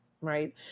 right